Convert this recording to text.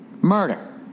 murder